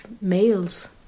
males